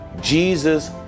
Jesus